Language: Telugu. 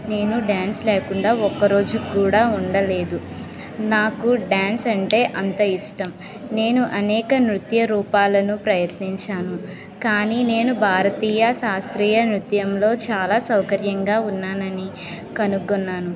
నేను డ్యాన్స్ లేకుండా ఒక్కరోజు కూడా ఉండలేదు నాకు డ్యాన్స్ అంటే అంత ఇష్టం నేను అనేక నృత్య రూపాలను ప్రయత్నించాను కానీ నేను భారతీయ శాస్త్రీయ నృత్యంలో చాలా సౌకర్యంగా ఉన్నానని కనుక్కున్నాను